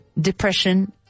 depression